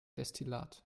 destillat